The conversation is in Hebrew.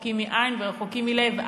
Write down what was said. רחוקים מעין ורחוקים מלב.